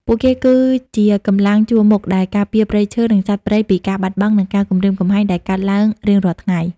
ពួកគេគឺជា កម្លាំងជួរមុខ ដែលការពារព្រៃឈើ និងសត្វព្រៃពីការបាត់បង់ និងការគំរាមកំហែងដែលកើតឡើងរៀងរាល់ថ្ងៃ។